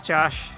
Josh